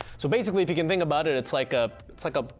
so basically if you can think about it, it's like a, it's like a,